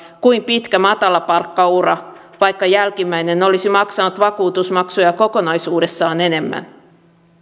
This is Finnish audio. kuin pitkä matalapalkkaura vaikka jälkimmäinen olisi maksanut vakuutusmaksuja kokonaisuudessaan enemmän